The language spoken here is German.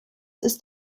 ist